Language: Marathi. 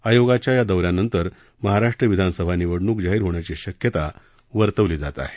आयोगाच्या या दौऱ्यानंतर महाराष्ट्र विधानसभा निवडणूक जाहीर होण्याची शक्यता वर्तवली जात आहे